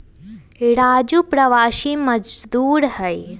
राजू प्रवासी मजदूर हई